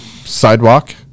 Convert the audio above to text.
sidewalk